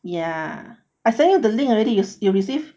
yeah I send you the link already you receive